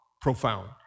profound